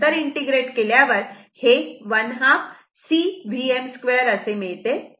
नंतर इंटिग्रेट केल्यावर हे ½ C Vm 2 असे मिळते